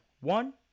One